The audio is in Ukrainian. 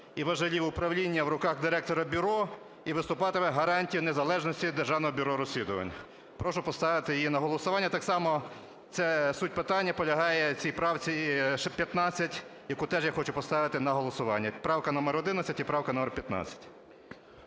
і важелів управління в руках директора бюро і виступатиме гарантією незалежності Державного бюро розслідування. Прошу поставити її на голосування. Так само ця суть питання полягає цій правці ще 15, яку теж я хочу поставити на голосування. Правка номер 11 і правка номер 15.